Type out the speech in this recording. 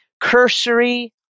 cursory